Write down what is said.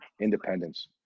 Independence